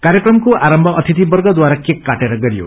कार्यक्रमको आरम्भ अतिथिवर्गद्वारा केक काटेर गरियो